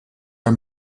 are